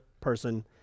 person